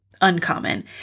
uncommon